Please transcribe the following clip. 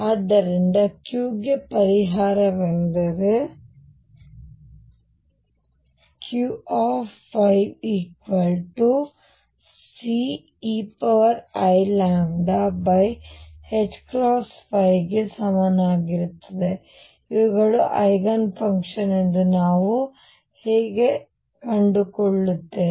ಆದ್ದರಿಂದ Q ಗಾಗಿ ಪರಿಹಾರವೆಂದರೆ Q Ceiλℏ ಗೆ ಸಮಾನವಾಗಿರುತ್ತದೆ ಇವುಗಳು ಐಗನ್ ಫಂಕ್ಷನ್ ಎಂದು ನಾವು ಹೇಗೆ ಕಂಡುಕೊಳ್ಳುತ್ತೇವೆ